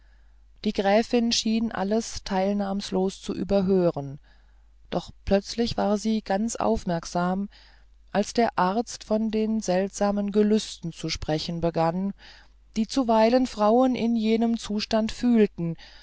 die gräfin schien alles teilnahmlos zu überhören doch plötzlich war sie ganz aufmerksam als der arzt von den seltsamen gelüsten zu sprechen begann die zuweilen frauen in jenem zustande fühlten